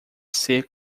ser